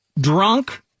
drunk